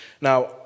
Now